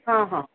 हां हां